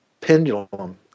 pendulum